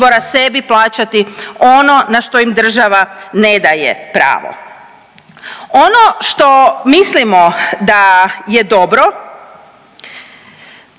izbora sebi plaćati ono na što im država ne daje pravo. Ono što mislimo da je dobro,